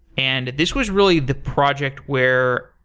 and this was really the project where